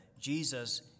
Jesus